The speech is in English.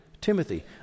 Timothy